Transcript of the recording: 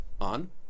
on